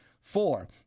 Four